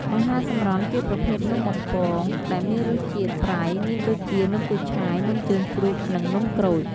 អាហារសម្រន់ជាប្រភេទនំបំពងដែលមានរសជាតិប្រៃមានដូចជា នំគូឆាយ នំជើងជ្រូក និងនំក្រូច។